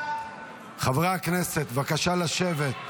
חברי הכנסת, בבקשה לשבת.